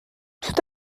tout